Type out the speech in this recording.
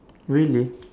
really